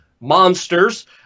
monsters